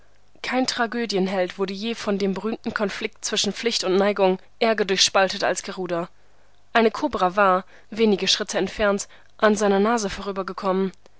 kein tragödienheld wurde je von dem berühmten konflikt zwischen pflicht und neigung ärger durchspaltet als garuda eine kobra war wenige schritte entfernt an seiner nase